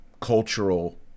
cultural